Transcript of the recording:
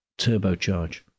turbocharge